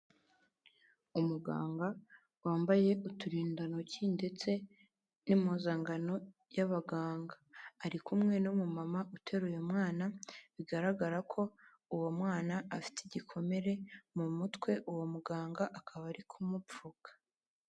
Umuganga wambaye uturindantoki ndetse n'impuzangano y'abaganga, ari kumwe n'umumama uteruye umwana bigaragara ko uwo mwana afite igikomere mu mutwe, uwo muganga akaba ari kumupfuka.